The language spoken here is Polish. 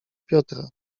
piotra